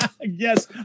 Yes